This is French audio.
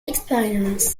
expérience